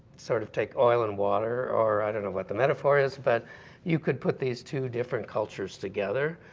sort of take oil and water, or i don't know what the metaphor is, but you could put these two different cultures together.